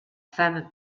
femme